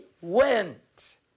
went